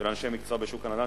של אנשי מקצוע בשוק הנדל"ן,